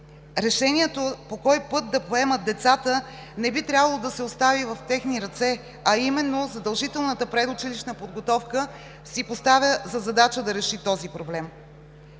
Решението по кой път да поемат децата не би трябвало да се остави в техни ръце, а именно задължителната предучилищна подготовка си поставя за задача да реши този проблем.